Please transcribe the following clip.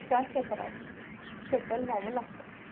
त्या क्षेत्रात सेटल व्हावं लागतं